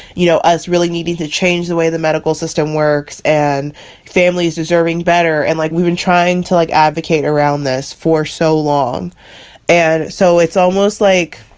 you know, us really needed to change the way the medical system works and families deserving better. and like we've been trying to, like, advocate around this for so long and so it's almost like,